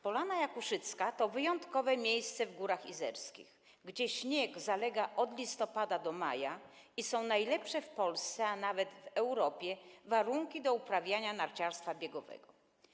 Polana Jakuszycka to wyjątkowe miejsce w Górach Izerskich, gdzie śnieg zalega od listopada do maja i są najlepsze w Polsce, a nawet w Europie, warunki do uprawiania narciarstwa biegowego.